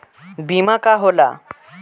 बीमा का होला?